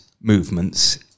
movements